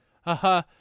Haha